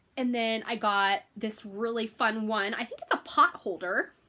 and then i got this really fun one. i think it's a pot holder,